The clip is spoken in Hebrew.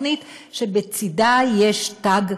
תוכנית שבצדה יש תג,